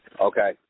Okay